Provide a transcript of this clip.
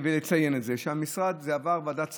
ולציין את זה שזה עבר ועדת שרים,